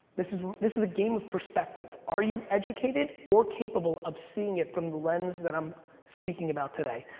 this is this is a game of perspective. are you educated or capable of seeing it from the lens that i'm speaking about today,